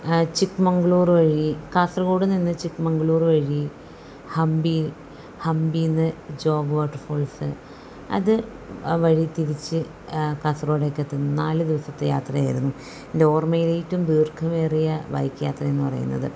ചിക്ക്മംഗ്ളൂർ വഴി കാസർഗോഡ് നിന്ന് ചിക്ക്മംഗ്ളൂര് വഴി ഹമ്പി ഹമ്പിയിൽ നിന്ന് ജോഗ് വാട്ടർഫാൾസ് അത് വഴി തിരിച്ച് കാസർഗോഡേക്കെത്തുന്നു നാലു ദിവസത്തെ യാത്രയായിരുന്നു എൻ്റെ ഓർമ്മയിലേറ്റവും ദീർഘമേറിയ ബൈക്ക് യാത്ര എന്നു പറയുന്നത്